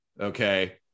okay